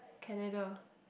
Canada